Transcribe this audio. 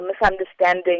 misunderstanding